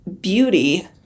beauty